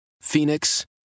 Phoenix